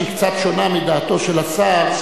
שהיא קצת שונה מדעתו של השר,